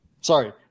Sorry